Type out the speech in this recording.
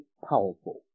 powerful